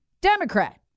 Democrat